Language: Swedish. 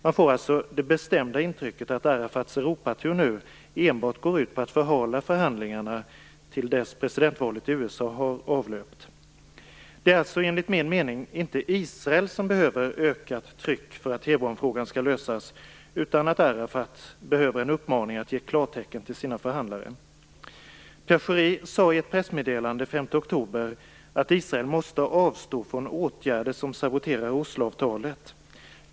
Man får alltså det bestämda intrycket att Arafats Europatur nu enbart går ut på att förhala förhandlingarna till dess presidentvalet i USA har avlöpt. Det är alltså enligt min mening inte Israel som behöver ökat tryck för att Hebronfrågan skall lösas, utan det är Arafat som behöver en uppmaning att ge klartecken till sina förhandlare. Pierre Schori sade i ett pressmeddelande den 5 oktober att Israel måste avstå från åtgärder som saboterar Osloavtalet.